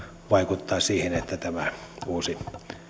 vaikuttaa siihen että tämä uusi